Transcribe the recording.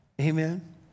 Amen